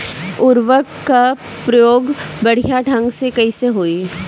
उर्वरक क प्रयोग बढ़िया ढंग से कईसे होई?